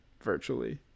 virtually